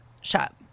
Shop